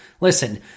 Listen